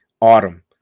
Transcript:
autumn